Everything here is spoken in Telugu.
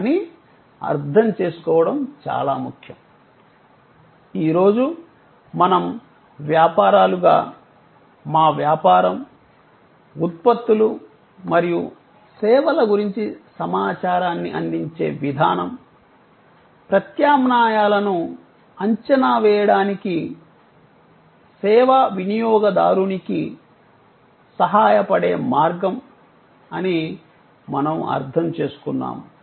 కానీ అర్థం చేసుకోవడం చాలా ముఖ్యం ఈ రోజు మనం వ్యాపారాలుగా మా వ్యాపారం ఉత్పత్తులు మరియు సేవల గురించి సమాచారాన్ని అందించే విధానం ప్రత్యామ్నాయాలను అంచనా వేయడానికి సేవా వినియోగదారునికి సహాయపడే మార్గం అని మేము అర్థం చేసుకున్నాము